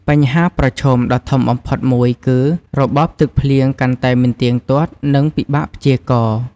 បញ្ហាប្រឈមដ៏ធំបំផុតមួយគឺ របបទឹកភ្លៀងកាន់តែមិនទៀងទាត់ និងពិបាកព្យាករណ៍។